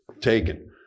taken